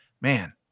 man